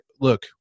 look